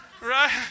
right